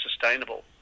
sustainable